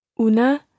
Una